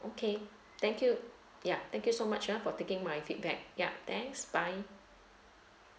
okay thank you ya thank you so much ah for taking my feedback ya thanks bye